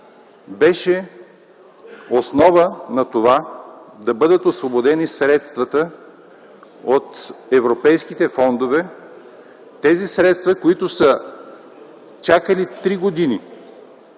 беше основа на това да бъдат освободени средствата от европейските фондове – тези средства, които са чакали три години.